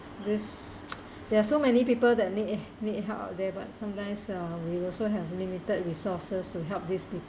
because there are so many people that need eh need help out there but sometimes uh we also have limited resources to help these people